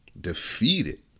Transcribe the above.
defeated